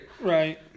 Right